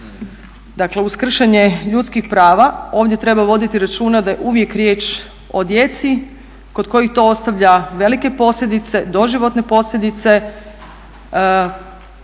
Dakle uz kršenje ljudskih prava ovdje treba voditi računa da je uvijek riječ o djeci kod kojih to ostavlja velike posljedice, doživotne posljedice